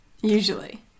Usually